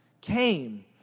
came